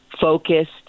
focused